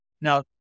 Now